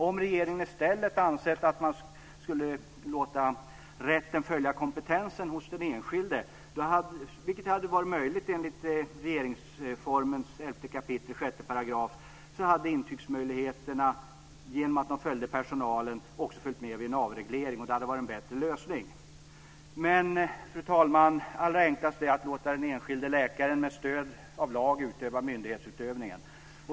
Om regeringen i stället ansett att rätten skulle följa kompetensen hos den enskilde - vilket hade varit helt möjligt enligt regeringsformen 11 kap. 6 §- hade intygsmöjligheten genom att den följde personalen också följt med vid en avreglering. Det hade varit en bättre lösning. Fru talman! Allra enklast är dock att låta den enskilde legitimerade läkaren med stöd av lag utöva myndighetsutövning.